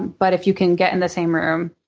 but if you can get in the same room,